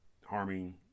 harming